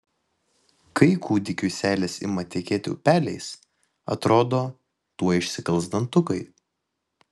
kai kūdikiui seilės ima tekėti upeliais atrodo tuoj išsikals dantukai